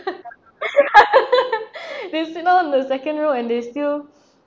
they sit down on the second row and they still